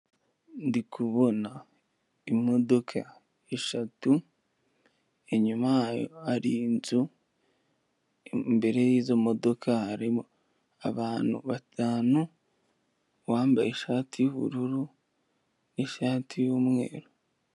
Ndi kubona imodoka eshatu, inyuma hari inzu. Imbere yizo modoka hari abantu batanu, uwambaye ishati yubururu nishati yumweru